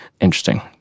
Interesting